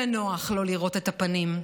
זה נוח לא לראות את הפנים,